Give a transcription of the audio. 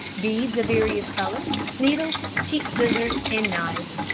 beads of various colours, needles, cheap scissors, and knives,